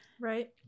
Right